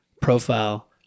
profile